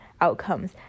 outcomes